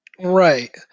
Right